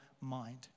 mind